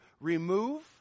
remove